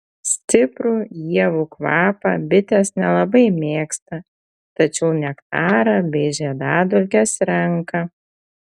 stiprų ievų kvapą bitės nelabai mėgsta tačiau nektarą bei žiedadulkes renka